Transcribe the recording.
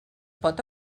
pot